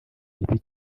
giti